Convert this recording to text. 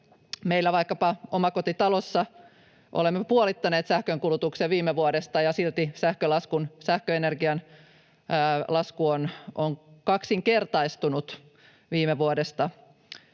Meillä vaikkapa omakotitalossa olemme puolittaneet sähkönkulutuksen viime vuodesta, ja silti sähköenergian lasku on kaksinkertaistunut viime vuodesta.